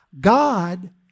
God